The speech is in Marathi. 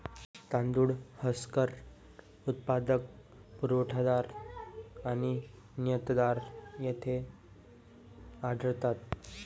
तांदूळ हस्कर उत्पादक, पुरवठादार आणि निर्यातदार येथे आढळतात